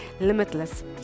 limitless